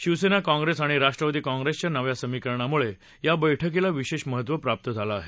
शिवसेना काँग्रेस आणि राष्ट्रवादी काँग्रेसच्या नव्या समिकरणामुळे या बैठकीला विशेष महत्व प्राप्त झालं आहे